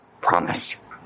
promise